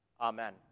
Amen